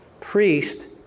priest